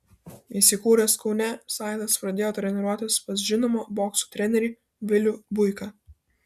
įsikūręs kaune saitas pradėjo treniruotis pas žinomą bokso trenerį vilių buiką